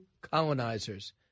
colonizers